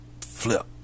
flip